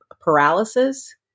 paralysis